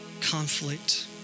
conflict